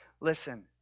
Listen